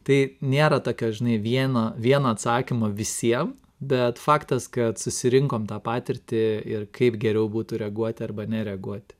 tai nėra tokio žinai vieno vieno atsakymo visiem bet faktas kad susirinkom tą patirtį ir kaip geriau būtų reaguoti arba nereaguoti